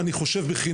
אני חושב,